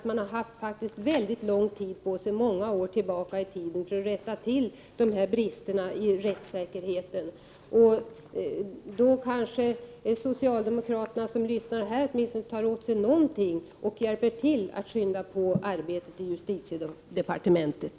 Man har haft lång tid på sig, sedan många år tillbaka, för att rätta till dessa brister i rättssäkerheten. Kanske de socialdemokrater som lyssnar här åtminstone tar åt sig någonting och hjälper till att skynda på arbetet i justitiedepartementet.